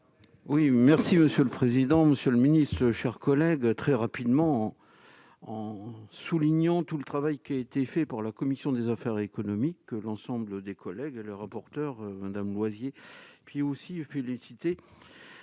Oui merci monsieur le président, monsieur le ministre, chers collègues, très rapidement, en soulignant tout le travail qui a été fait pour la commission des affaires économiques que l'ensemble des collègues le rapporteur madame Loisier puis aussi félicité